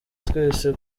twese